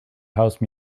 house